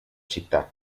città